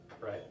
right